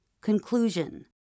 Conclusion